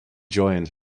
joined